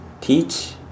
teach